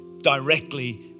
directly